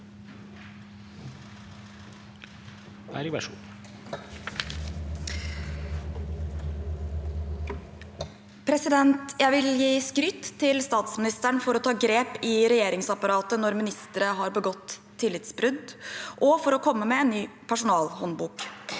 Jeg vil gi skryt til statsministeren for å ta grep i regjeringsapparatet når ministre har begått tillitsbrudd, og for å komme med en ny personalhåndbok.